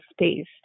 space